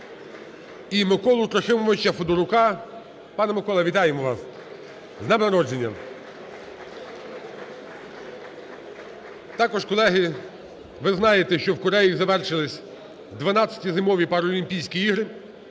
І Миколу Трохимовича Федорука. Пане Микола, вітаємо вас з днем народження. (Оплески) Також колеги, ви знаєте, що в Кореї завершились ХІІ зимові Паралімпійські ігри.